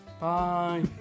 Bye